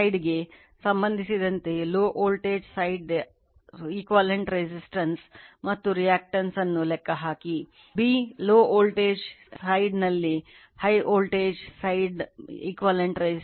ಇನ್ನೊಂದು 2200 220 volt primary side ಆಗಿದೆ